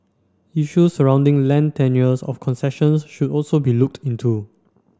issues surrounding land tenures of concessions should also be looked into